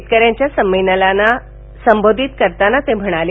शेतकऱ्यांच्या संमेलनाला संबोधित करताना ते म्हणाले